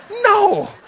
No